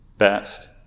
best